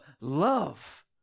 love